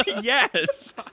Yes